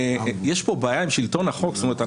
אני חשוב שיש כאן בעיה עם שלטון החוק.